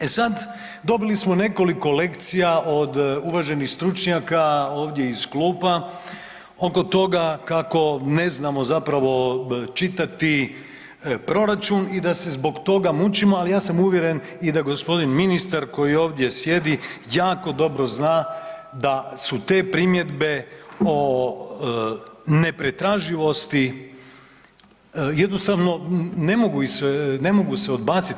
E sad, dobili smo nekoliko lekcija od uvaženih stručnjaka ovdje iz klupa oko toga kako ne znamo zapravo čitati proračun i da se zbog toga mučimo, ali ja sam uvjeren i da gospodin ministar koji ovdje sjedi jako dobro zna da su te primjedbe o nepretraživosti jednostavno ne mogu ih se, ne mogu se odbaciti.